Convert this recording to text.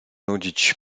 nudzić